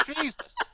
Jesus